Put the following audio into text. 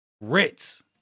Ritz